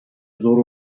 zor